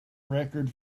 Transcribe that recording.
record